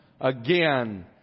again